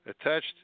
attached